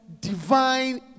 divine